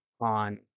on